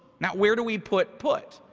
now where do we put, put?